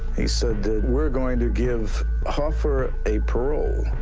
he said we're going to give hoffa a parole,